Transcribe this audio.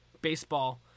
baseball